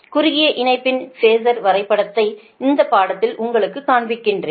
குறுகிய இணைப்பின் ஃபேஸர் வரைபடதை இந்த படத்தில் உங்களுக்குக் காண்பிக்கிறேன்